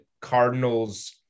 Cardinals